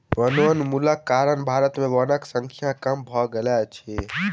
वनोन्मूलनक कारण भारत में वनक संख्या कम भ गेल अछि